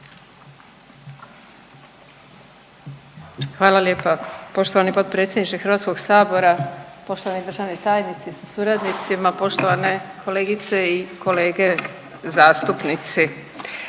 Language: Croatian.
Hvala lijepa poštovani potpredsjedniče HS-a, poštovani državni tajnici sa suradnici, poštovane kolegice i kolege zastupnici.